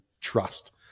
trust